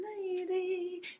lady